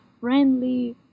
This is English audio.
friendly